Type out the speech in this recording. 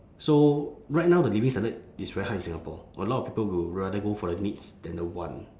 so right now the living standard is very high in singapore a lot of people will rather go for the needs than the want